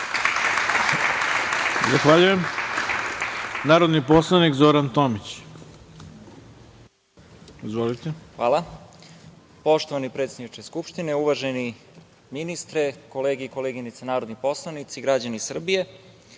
Zahvaljujem. Reč ima narodni poslanik Zoran Tomić. Izvolite. **Zoran Tomić** Hvala. Poštovani predsedniče Skupštine, uvaženi ministre, kolege i koleginice narodni poslanici, građani Srbije,